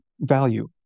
value